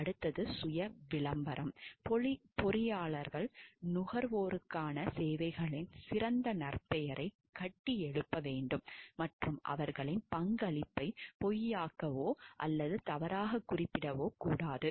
அடுத்தது சுய விளம்பரம் பொறியாளர்கள் நுகர்வோருக்கான சேவைகளின் சிறந்த நற்பெயரைக் கட்டியெழுப்ப வேண்டும் மற்றும் அவர்களின் பங்களிப்பைப் பொய்யாக்கவோ அல்லது தவறாகக் குறிப்பிடவோ கூடாது